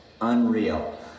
Unreal